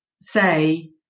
say